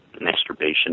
masturbation